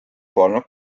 polnud